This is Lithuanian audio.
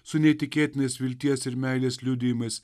su neįtikėtinais vilties ir meilės liudijimais